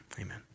amen